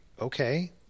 okay